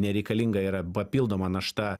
nereikalinga yra papildoma našta